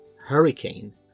hurricane